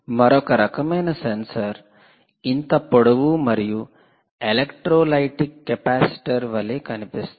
మరొక రకమైన సెన్సార్ ఇంత పొడవు మరియు ఎలెక్ట్రోలైటిక్ కెపాసిటర్ వలె కనిపిస్తుంది